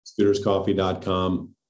Scooterscoffee.com